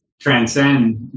transcend